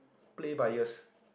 play by ears